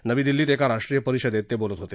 नवी दिल्लीत एका राष्ट्रीय परिषदेत ते बोलत होते